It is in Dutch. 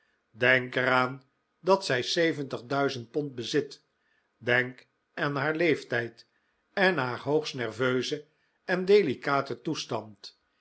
denk er aan dat zij zeventig duizend pond bezit denk aan haar leeftijd en haar hoogst nerveuzen en delicaten toestand